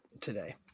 today